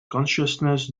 consciousness